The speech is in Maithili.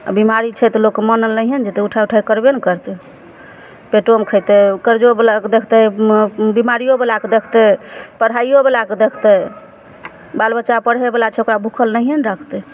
आओर बीमारी छै तऽ लोकके मानल नहियेँ ने जेतय उठा उठाकऽ करबे ने करतय पेटोमे खेतय कर्जोवलाके देखतय बीमारियोवलाके देखतय पढ़ाइयोवलाके देखतय बालबच्चा पढ़यवला छै ओकरा भुक्खल नहियेँ ने रखतय